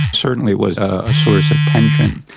certainly was a source of tension.